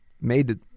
made